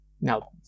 Now